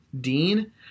dean